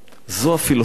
זו הפילוסופיה.